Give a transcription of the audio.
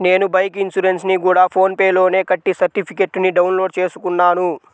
నేను బైకు ఇన్సురెన్సుని గూడా ఫోన్ పే లోనే కట్టి సర్టిఫికేట్టుని డౌన్ లోడు చేసుకున్నాను